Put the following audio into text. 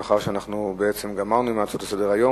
מאחר שאנחנו בעצם גמרנו עם ההצעות לסדר-היום,